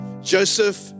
Joseph